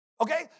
Okay